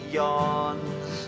yawns